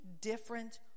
different